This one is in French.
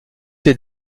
ces